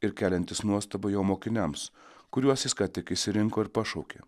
ir keliantis nuostabą jo mokiniams kuriuos jis ką tik išsirinko ir pašaukė